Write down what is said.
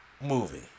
movie